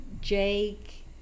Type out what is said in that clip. Jake